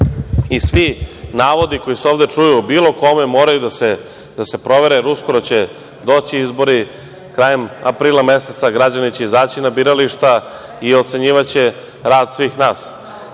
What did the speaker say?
navodi koji se ovde čuju o bilo kome moraju da se provere, jer uskoro će doći izbori, krajem aprila meseca građani će izaći na birališta i ocenjivaće rad svih nas,